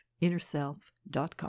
InnerSelf.com